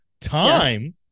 Time